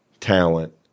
talent